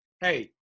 hey